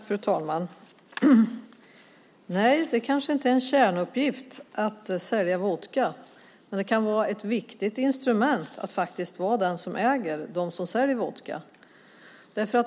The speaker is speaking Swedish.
Fru talman! Nej, det kanske inte är en kärnuppgift att sälja vodka, men det kan vara ett viktigt instrument att faktiskt vara den som äger dem som säljer vodka.